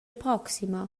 proxima